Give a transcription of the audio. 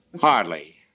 Hardly